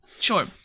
Sure